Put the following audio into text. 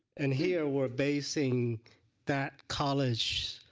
and here we're basing that college